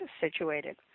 situated